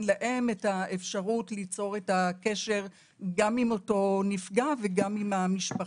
להם את האפשרות ליצור קשר עם אותו נפגע ועם המשפחה.